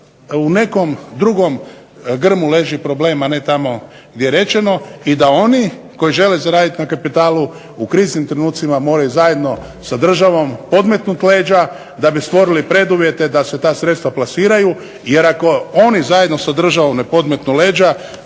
u nekom drugom grmu leži problem, a ne tamo gdje je rečeno i da oni koji žele zaradit na kapitalu u kriznim trenucima moraju zajedno sa državom podmetnut leđa da bi stvorili preduvjete da se ta sredstva plasiraju jer ako oni zajedno sa državom ne podmetnu leđa